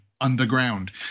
underground